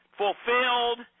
fulfilled